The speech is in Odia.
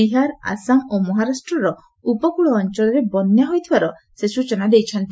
ବିହାର ଆସାମ୍ ଓ ମହାରାଷ୍ଟ୍ରର ଉପକୃଳ ଅଞ୍ଚଳରେ ବନ୍ୟା ହୋଇଥିବାର ସେ ସୂଚନା ଦେଇଛନ୍ତି